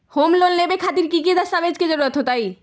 Home loan लेबे खातिर की की दस्तावेज के जरूरत होतई?